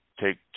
take